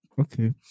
Okay